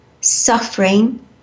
suffering